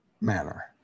manner